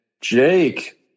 Jake